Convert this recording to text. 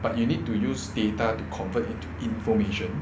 but you need to use data to convert into information